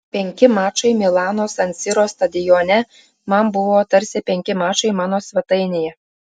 penki mačai milano san siro stadione man buvo tarsi penki mačai mano svetainėje